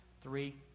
three